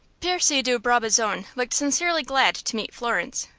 percy de brabazon looked sincerely glad to meet florence,